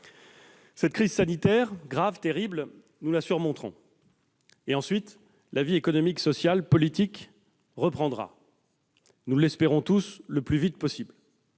Cette crise sanitaire grave, terrible même, nous la surmonterons. Ensuite, la vie économique, sociale, politique reprendra, le plus vite possible.